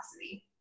capacity